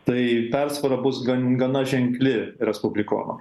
tai persvara bus gan gana ženkli respublikonam